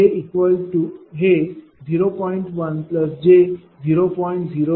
तर हे 0